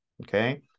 Okay